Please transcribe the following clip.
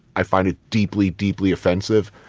i find it deeply, deeply offensive.